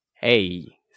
Hey